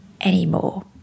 anymore